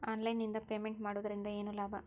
Online ನಿಂದ payment ಮಾಡುವುದರಿಂದ ಏನು ಲಾಭ?